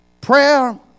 Prayer